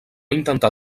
intentar